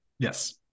Yes